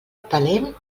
talent